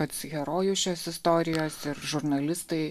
pats herojus šios istorijos ir žurnalistai